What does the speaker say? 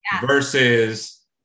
versus